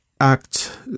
act